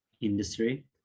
industry